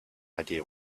idea